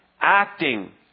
Acting